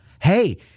hey